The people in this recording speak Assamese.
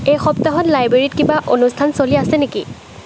এই সপ্তাহত লাইব্ৰেৰীত কিবা অনুষ্ঠান চলি আছে নেকি